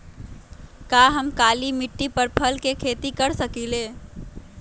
का हम काली मिट्टी पर फल के खेती कर सकिले?